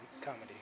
comedy